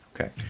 Okay